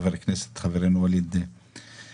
חבר הכנסת חברנו ווליד טאהא.